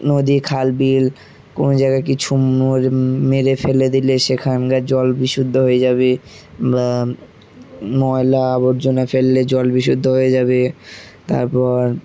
নদী খাল বিল কোনো জায়গায় কি ছু মেরে ফেলে দিলে সেখানকার জল বিশুদ্ধ হয়ে যাবে বা ময়লা আবর্জনা ফেললে জল বিশুদ্ধ হয়ে যাবে তারপর